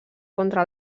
contra